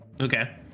Okay